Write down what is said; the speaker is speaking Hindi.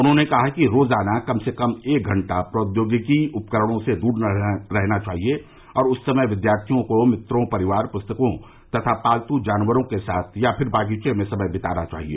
उन्होंने कहा कि रोजाना कम से कम एक घंटा प्रौद्योगिकी उपकरणों से दूर रहना चाहिए और उस समय विद्यार्थियों को मित्रों परिवार पुस्तकों तथा पालतू जानवरों के साथ या फिर बागीचे में समय बिताना चाहिए